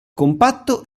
compatto